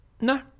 No